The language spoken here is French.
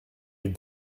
est